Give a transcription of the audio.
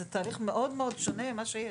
וזה תהליך מאוד שונה ממה שיש.